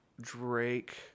Drake